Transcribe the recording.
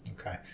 Okay